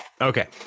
Okay